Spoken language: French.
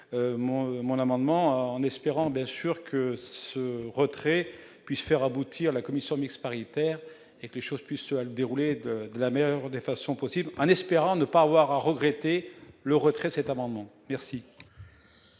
mon amendement en espérant bien sûr que ce retrait puisse faire aboutir la commission mixte paritaire et que les choses puissent le déroulé de la meilleure des façons possible en espérant ne pas avoir à regretter le retrait de cet amendement, merci.